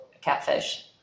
catfish